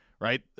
Right